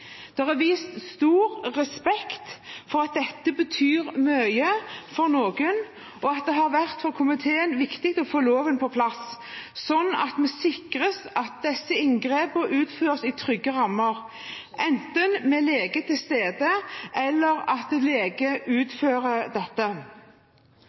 Det er vist stor respekt for at dette betyr mye for noen, og for komiteen har det vært viktig å få loven på plass slik at vi sikrer at disse inngrepene utføreres i trygge rammer – enten med lege til stede, eller at lege